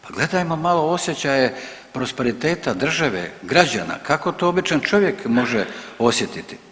Pa gledajmo malo osjećaje prosperiteta države, građana, kako to običan čovjek može osjetiti?